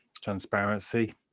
transparency